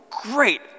great